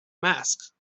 mask